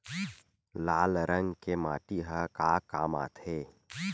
लाल रंग के माटी ह का काम आथे?